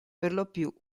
perlopiù